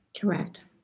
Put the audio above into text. Correct